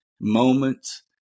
moments